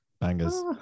bangers